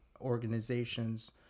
organizations